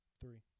Three